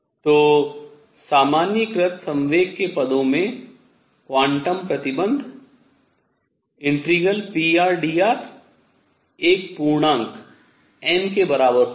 तो सामान्यीकृत संवेग के पदों में क्वांटम प्रतिबन्ध ∫prdr एक पूर्णांक n के बराबर है होगा